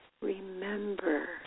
remember